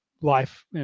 life